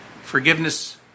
Forgiveness